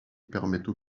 permettent